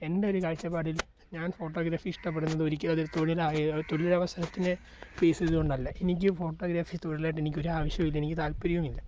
എൻ്റെ ഒരു കാഴ്ചപ്പാടിൽ ഞാൻ ഫോട്ടോഗ്രാഫി ഇഷ്ടപ്പെടുന്നത് ഒരിക്കലും അതൊരു തൊഴിലായോ തൊഴിലവസരത്തിന് ബേസ് ചെയ്തുകൊണ്ടല്ല എനിക്ക് ഫോട്ടോഗ്രാഫി തൊഴിലായിട്ട് എനിക്കൊരാവശ്യമില്ല എനിക്ക് താൽപ്പര്യവുമില്ല